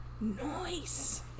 Nice